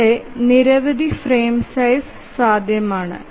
ഇവിടെ നിരവധി frame size സാധ്യമാണ്